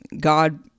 God